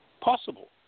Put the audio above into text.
possible